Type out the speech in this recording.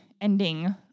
ending